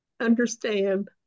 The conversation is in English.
understand